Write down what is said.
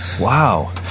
wow